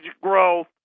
growth